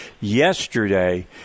yesterday